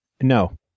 No